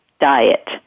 diet